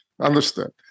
Understood